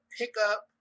pickup